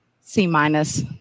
C-minus